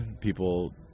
people